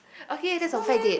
okay that's on Friday